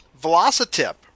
VelociTip